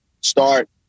start